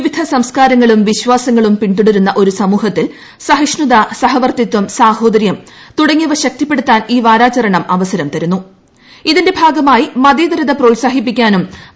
വിവിധ സംസ്കാരങ്ങളും വിശ്വാസങ്ങളും പിൻതുടരുന്ന ഒരു സമൂഹത്തിൽ സഹിഷ്ണുത സഹവർത്തിത്വം സാഹോദരൃം തുടങ്ങിയവ ശക്തിപ്പെടുത്താൻ ഈ വാരാചരണം അവസരം ഇതിന്റെ ഭാഗമായി മതേതരത്വം പ്രോത്സാഹിപ്പിക്കാനും തരുന്നു